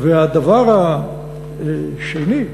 הדבר השני,